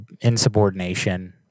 insubordination